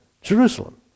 Jerusalem